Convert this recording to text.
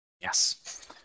Yes